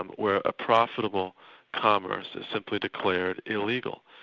um where a profitable commerce is simply declared illegal.